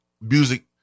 music